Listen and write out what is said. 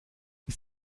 ist